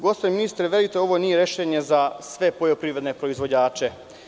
Gospodine ministre, verujte da ovo nije rešenje za sve poljoprivredne proizvođače.